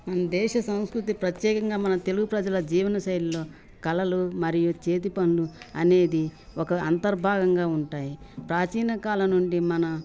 మన దేశ సంస్కృతి ప్రత్యేకంగా మన తెలుగు ప్రజల జీవనశైలిలో కళలు మరియు చేతి పనులు అనేది ఒక అంతర్భాగంగా ఉంటాయి ప్రాచీనకాల నుండి మన